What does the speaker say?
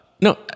no